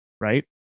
right